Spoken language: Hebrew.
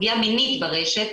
פגיעה מינית ברשת,